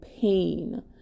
pain